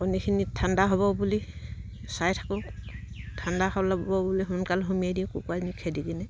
কণীখিনিত ঠাণ্ডা হ'ব বুলি চাই থাকোঁ ঠাণ্ডা বুলি সোনকালে সুমুৱাই দিওঁ কুকুৰাজনী খেদি কিনে